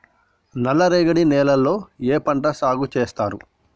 నల్లరేగడి నేలల్లో ఏ పంట సాగు చేస్తారు?